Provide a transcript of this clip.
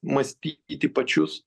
mąstyti pačius